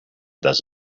does